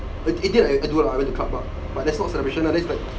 eighteen what did I do I went to the club lah but that's not celebration lah that's like